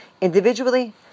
individually